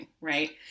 right